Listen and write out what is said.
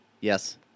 Yes